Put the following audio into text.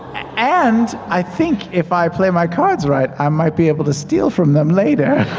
and, i think, if i play my cards right, i might be able to steal from them later.